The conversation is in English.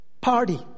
Party